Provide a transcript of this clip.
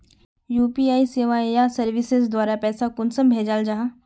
UPI सेवाएँ या services द्वारा पैसा कुंसम भेजाल जाहा?